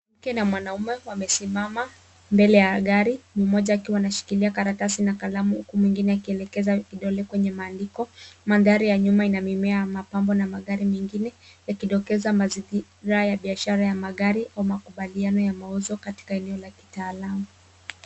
Mwanamke na mwanaume wamesimama mbele ya gari, mmoja akiwa anashikilia karatasi na kalamu huku mwingine akielekeza kidole kwenye maandiko. Mandhari ya nyuma ina mimea, mapambo na magari mengine, yakidokeza mazingira ya biashara ya magari kwa makubaliano ya mauzo katika eneo la kitaalamu.